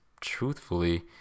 truthfully